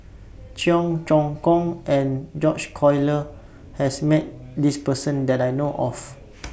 Cheong Choong Kong and George Collyer has Met This Person that I know of